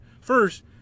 first